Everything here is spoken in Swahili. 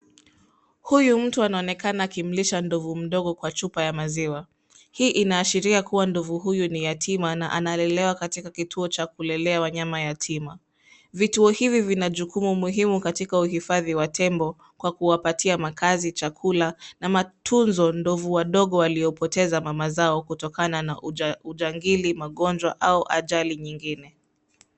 Huyu mtu anaonekana akimlisha ndovu mdogo Kwa chupa ya maziwa. Hii inaashiria kuwa ndovu huyu ni yatima na analelewa katika kituo cha kulelea wanyama yatima. Vituo hivi vina jukumu muhimu katika uhifadhi wa tembo Kwa kuwapatia makazi, chakula na matunzo ndovu wadogo waliopoteza mama zao kutokana na ujangili, magonjwa au ajali nyingine.